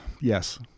Yes